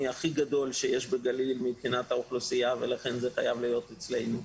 הכי גדול שיש בגליל מבחינת האוכלוסייה לכן זה חייב להיות אצלנו.